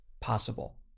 possible